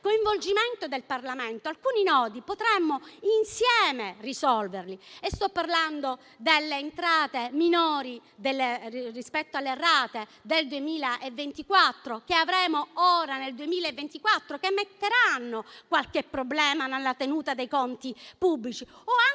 coinvolgimento del Parlamento, alcuni nodi potremmo risolverli insieme. Mi riferisco alle entrate minori rispetto alle rate che avremo ora nel 2024, che causeranno qualche problema nella tenuta dei conti pubblici, o anche